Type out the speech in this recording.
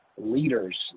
leaders